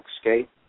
escape